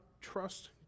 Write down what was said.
trust